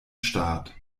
staat